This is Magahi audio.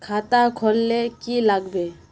खाता खोल ले की लागबे?